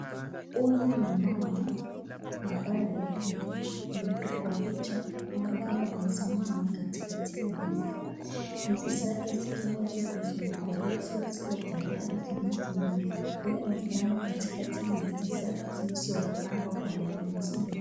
Huyu ni mama mwenye amepikwa picha ama amesimama katikati ya ndizi, zake sikuwa simekuwa refu ama tayari ndizi simeifaa amesimama katikati ya ndizi zilizoyapakwa Kwa laini nzuri.